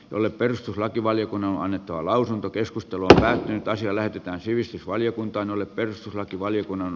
olen perustuslakivaliokunnalle annettua lausunto keskustelu päättyy taas yllätytään sivistysvaliokuntaan jolle perustuslakivaliokunnan